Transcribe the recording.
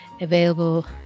available